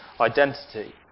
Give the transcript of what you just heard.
identity